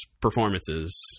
performances